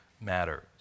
matters